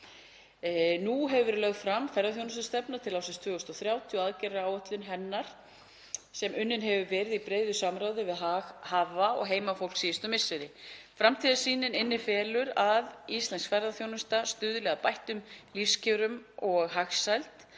Nú hefur verið lögð fram ferðaþjónustustefna til ársins 2030 og aðgerðaáætlun hennar sem unnin hefur verið í breiðu samráði við haghafa og heimafólk síðustu misseri. Framtíðarsýnin innifelur að íslensk ferðaþjónusta stuðli að bættum lífskjörum og hagsæld,